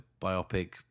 biopic